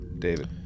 David